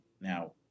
Now